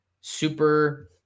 super